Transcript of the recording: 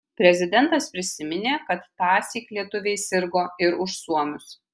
prezidentas prisiminė kad tąsyk lietuviai sirgo ir už suomius